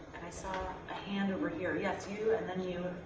i saw a hand over here yes you and then you.